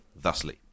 thusly